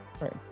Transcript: Right